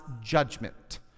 judgment